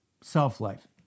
Self-life